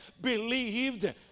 believed